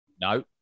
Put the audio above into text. No